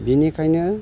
बिनिखायनो